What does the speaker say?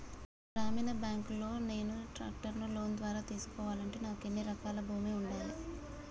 గ్రామీణ బ్యాంక్ లో నేను ట్రాక్టర్ను లోన్ ద్వారా తీసుకోవాలంటే నాకు ఎన్ని ఎకరాల భూమి ఉండాలే?